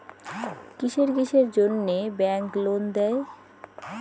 কিসের কিসের জন্যে ব্যাংক লোন দেয়?